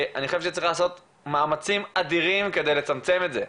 אני חושב שצריך לעשות מאמצים אדירים כדי לצמצם את זה.